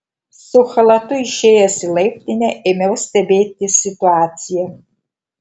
su chalatu išėjęs į laiptinę ėmiau stebėti situaciją